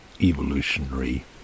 evolutionary